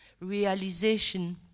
Realization